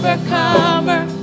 Overcomer